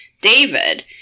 david